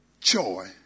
Joy